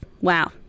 wow